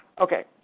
Okay